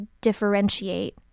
differentiate